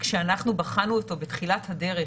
כשאנחנו בחנו אותו בתחילת הדרך,